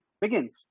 begins